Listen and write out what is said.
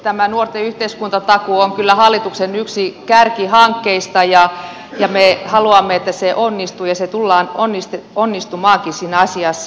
tämä nuorten yhteiskuntatakuu on kyllä yksi hallituksen kärkihankkeista ja me haluamme että se onnistuu ja tullaan onnistumaankin siinä asiassa